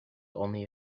only